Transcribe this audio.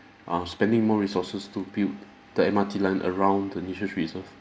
uh spending more resources to build the M_R_T line around the nature's reserve